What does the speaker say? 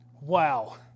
Wow